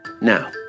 now